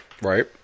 Right